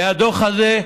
מהדוח הזה,